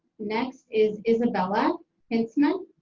next is izabella hintzman.